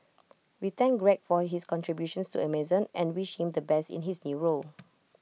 we thank Greg for his contributions to Amazon and wish him the best in his new role